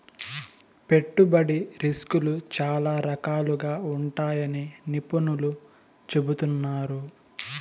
పెట్టుబడి రిస్కులు చాలా రకాలుగా ఉంటాయని నిపుణులు చెబుతున్నారు